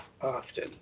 often